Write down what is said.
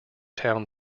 town